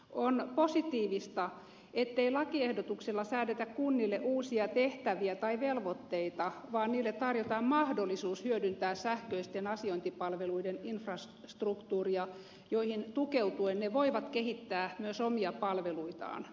on positiivista ettei lakiehdotuksella säädetä kunnille uusia tehtäviä tai velvoitteita vaan niille tarjotaan mahdollisuus hyödyntää sähköisten asiointipalveluiden infrastruktuuria joihin tukeutuen ne voivat kehittää myös omia palveluitaan